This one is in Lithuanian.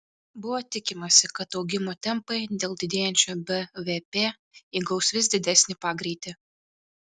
buvo tikimasi kad augimo tempai dėl didėjančio bvp įgaus vis didesnį pagreitį